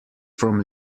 from